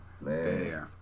Man